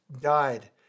died